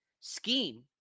scheme